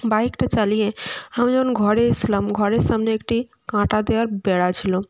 বাইকটা চালিয়ে আমি যখন ঘরে এসেছিলাম ঘরের সামনে একটি কাঁটা দেওয়া বেড়া ছিল